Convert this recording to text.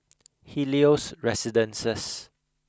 Helios Residences